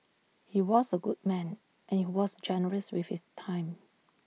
he was A good man and he was generous with his time